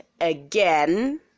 again